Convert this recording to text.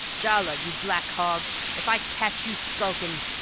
jala, you black hog, if i catch you skulkin'.